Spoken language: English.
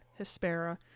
Hespera